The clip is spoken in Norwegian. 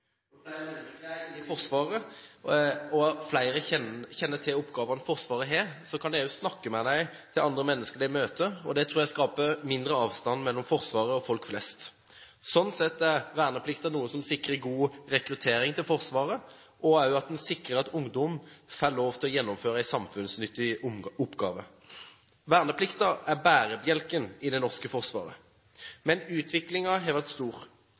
er inne i Forsvaret, og flere kjenner til oppgavene Forsvaret har, kan de også snakke om det til andre mennesker de møter. Det tror jeg skaper mindre avstand mellom Forsvaret og folk flest. Slik sett er verneplikten noe som sikrer en god rekruttering til Forsvaret, og en sikrer også at ungdom får lov til å gjennomføre en samfunnsnyttig oppgave. Verneplikten er bærebjelken i det norske forsvaret. Men utviklingen har vært